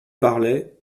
parlait